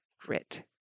grit